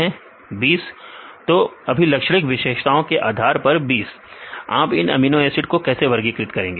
विद्यार्थी 20 तो अभिलाक्षणिक विशेषता के आधार पर 20 आप इन अमीनो एसिड को कैसे वर्गीकृत करेंगे